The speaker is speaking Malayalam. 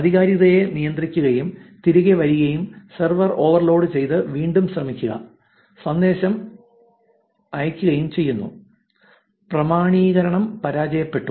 ആധികാരികതയെ നിയന്ത്രിക്കുകയും തിരികെ വരികയും സെർവർ ഓവർലോഡുചെയ്ത് വീണ്ടും ശ്രമിക്കുക സന്ദേശം അയയ്ക്കുകയും ചെയ്യുന്നു പ്രാമാണീകരണം പരാജയപ്പെട്ടു